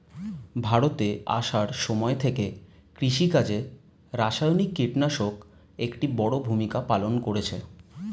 ভারতে আসার সময় থেকে কৃষিকাজে রাসায়নিক কিটনাশক একটি বড়ো ভূমিকা পালন করেছে